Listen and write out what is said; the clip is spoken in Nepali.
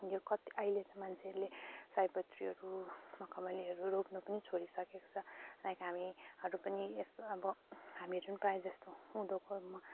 यो कति अहिले त मान्छेहरूले सयपत्रीहरू मखमलीहरू रोप्न पनि छोडिसकेको छ लाइक हामीहरू पनि यस्तो अब हामीहरू पनि प्रायःजस्तो उँदोको